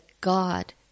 God